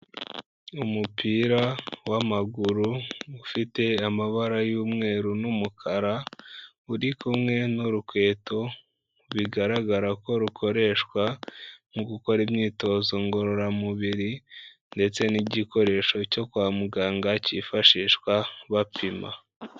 Umupira w'amaguru, ufite amabara y'umweru n'umukara, uri kumwe n'urukweto bigaragara ko rukoreshwa, mu gukora imyitozo ngororamubiri, ndetse n'igikoresho cyo kwa muganga, cyifashishwa bapima.